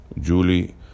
julie